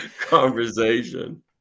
conversation